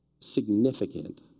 significant